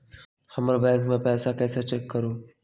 हमर बैंक में पईसा कईसे चेक करु?